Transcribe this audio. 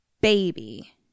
baby